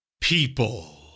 people